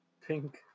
Pink